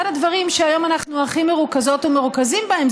אחד הדברים שהיום אנחנו הכי מרוכזות ומרוכזים בהם,